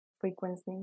frequency